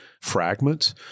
fragments